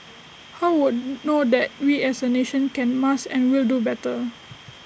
he would know that we as A nation can must and will do better